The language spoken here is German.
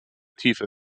tiefe